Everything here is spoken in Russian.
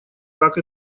как